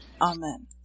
Amen